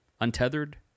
untethered